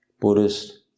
Buddhist